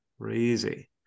Crazy